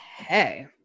Okay